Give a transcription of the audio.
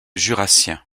jurassien